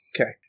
okay